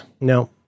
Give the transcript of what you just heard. no